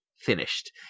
finished